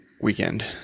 weekend